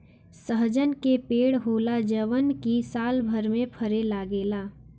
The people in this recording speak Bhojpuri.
सहजन के पेड़ होला जवन की सालभर में फरे लागेला